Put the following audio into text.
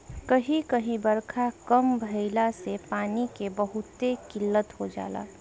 कही कही बारखा कम भईला से पानी के बहुते किल्लत हो जाला